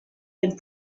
den